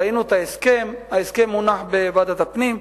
ראינו את ההסכם, ההסכם מונח בוועדת הפנים.